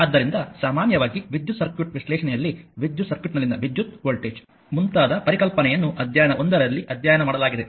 ಆದ್ದರಿಂದ ಸಾಮಾನ್ಯವಾಗಿ ವಿದ್ಯುತ್ ಸರ್ಕ್ಯೂಟ್ ವಿಶ್ಲೇಷಣೆಯಲ್ಲಿ ವಿದ್ಯುತ್ ಸರ್ಕ್ಯೂಟ್ನಲ್ಲಿನ ವಿದ್ಯುತ್ ವೋಲ್ಟೇಜ್ ಮುಂತಾದ ಪರಿಕಲ್ಪನೆಯನ್ನು ಅಧ್ಯಾಯ 1 ರಲ್ಲಿ ಅಧ್ಯಯನ ಮಾಡಲಾಗಿದೆ